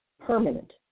Permanent